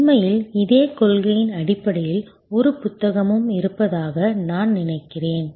உண்மையில் இதே கொள்கையின் அடிப்படையில் ஒரு புத்தகமும் இருப்பதாக நான் நினைக்கிறேன்